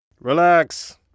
Relax